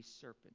serpent